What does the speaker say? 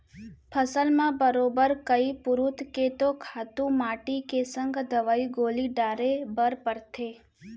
फसल म बरोबर कइ पुरूत के तो खातू माटी के संग दवई गोली डारे बर परथे